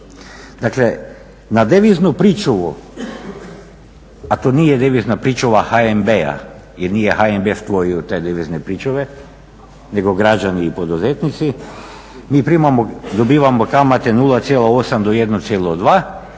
Dakle, na deviznu pričuvu, a to nije devizna pričuva HNB-a jer nije HNB stvorio te devizne pričuve nego građani i poduzetnici, mi dobivamo kamate 0,8 do 1,2,